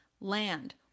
land